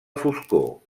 foscor